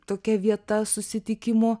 tokia vieta susitikimų